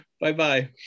Bye-bye